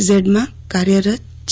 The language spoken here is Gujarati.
ઝેડમાં કાર્યરત છે